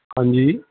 ਹਾਂਜੀ